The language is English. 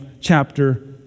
chapter